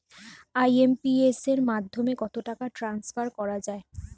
IMPS এর মাধ্যমে কত টাকা ট্রান্সফার করা যায়?